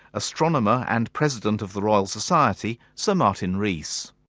astronomer and president of the royal society, sir martin rees.